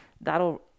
that'll